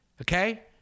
okay